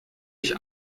ich